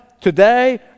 today